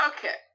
Okay